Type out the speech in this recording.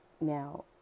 Now